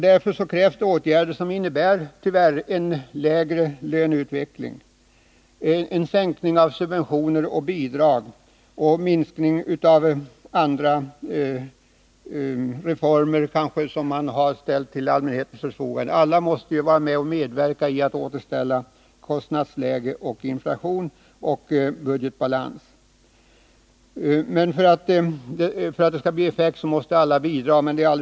Därför krävs det åtgärder, som innebär — tyvärr — en sämre löneutveckling, en sänkning av subventioner och bidrag och en åtstramning på olika områden. Vi måste ju medverka till att sänka vårt kostnadsläge, vår inflationstakt, och få balans i budgeten. Men för att det skall bli någon effekt måste alla bidra.